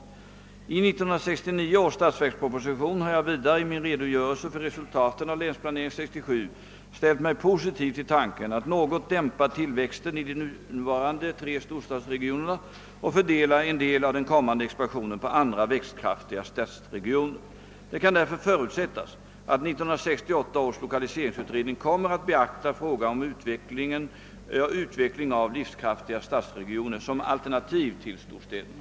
I 1969 års statsverksproposition har jag vidare i min redogörelse för resultaten av Länsplanering 67 ställt mig positiv till tanken att något dämpa tillväxten i de nuvarande tre storstadsregionerna och fördela en del av den kommande expansionen på andra växtkraftiga stadsregioner. Det kan därför förutsättas att 1968 års lokaliseringsutredning kommer att beakta frågan om utveckling av livskraftiga stadsregioner som alternativ till storstäderna.